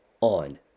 on